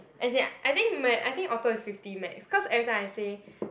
as in I think when I think auto is fifty max cause every time I say